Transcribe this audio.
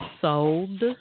sold